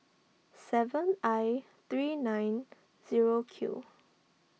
seven I three nine zero Q